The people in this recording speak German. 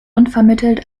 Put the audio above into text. unvermittelt